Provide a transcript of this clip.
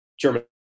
German